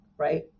right